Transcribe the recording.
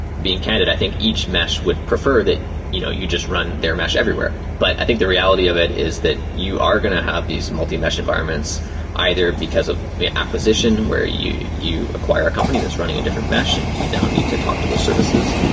being candid, i think each mesh would preferred that you know you jus t run their mesh everywhere. but i think the reality of it is that you are going to have these multi-mesh environments either because of acquisition where you you acquire a company that's running a different mesh and you now need to talk to those services,